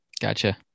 Gotcha